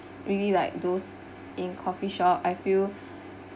really like those in coffee shop I feel